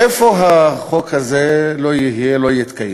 איפה החוק הזה לא יהיה, לא יתקיים?